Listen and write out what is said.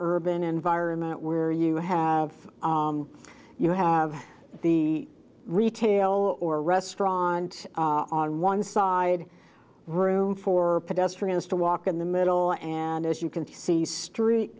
urban environment where you have you have the retail or restaurant on one side room for pedestrians to walk in the middle and as you can see street